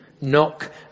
Knock